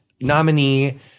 nominee